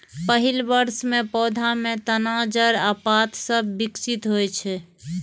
पहिल वर्ष मे पौधा मे तना, जड़ आ पात सभ विकसित होइ छै